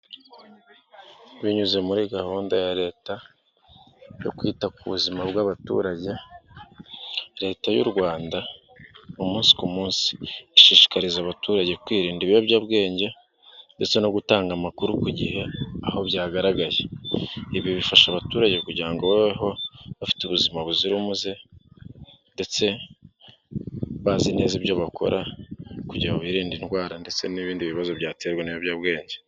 Binyuze muri gahunda ya leta yo kwita ku buzima bw'abaturage, leta y'u Rwanda umunsi ku munsi ishishikariza abaturage kwirinda ibiyobyabwenge ndetse no gutanga amakuru ku gihe aho byagaragaye. Ibi bifasha abaturage kugira ngo bababeho bafite ubuzima buzira umuze ndetse bazi neza ibyo bakora kugira ngo birinde indwara ndetse n'ibindi bibazo byaterwa n'ibiyobyabwenge.